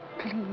Please